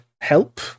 help